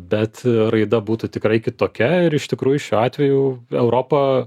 bet raida būtų tikrai kitokia ir iš tikrųjų šiuo atveju europa